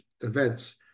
events